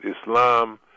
Islam